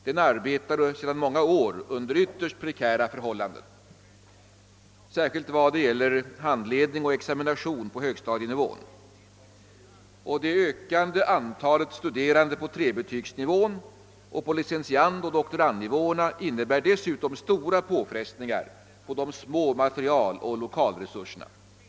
Den arbetar sedan många år under ytterst prekära förhållanden, särskilt vad det gäller handledning och examination på högstadienivån. Det ökande antalet studerande på trebetygsnivån samt på licentiandoch doktorandnivåerna innebär dessutom stora påfrestningar på de knappa materieloch lokalresurserna.